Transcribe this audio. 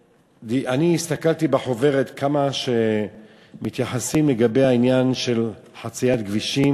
הסתכלתי בחוברת וראיתי כמה מתייחסים לעניין של חציית כבישים